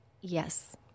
Yes